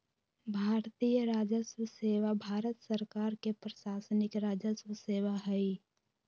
भारतीय राजस्व सेवा भारत सरकार के प्रशासनिक राजस्व सेवा हइ